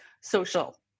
social